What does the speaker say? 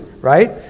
right